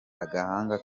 agahanga